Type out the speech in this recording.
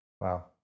Wow